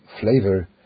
flavor